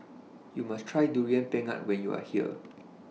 YOU must Try Durian Pengat when YOU Are here